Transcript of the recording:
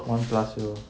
one plus year